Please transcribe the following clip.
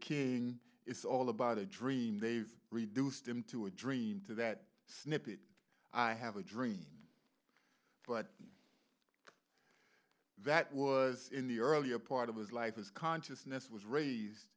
king it's all about a dream they've reduced him to a dream that snippet i have a dream but that was in the earlier part of his life his consciousness was raised